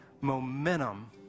momentum